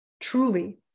Truly